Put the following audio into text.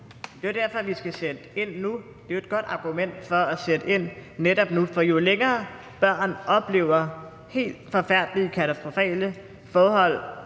Det er jo derfor, vi skal sætte ind nu. Det er jo et godt argument for at sætte ind netop nu, for jo længere børn oplever forfærdelige og helt katastrofale forhold